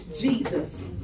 Jesus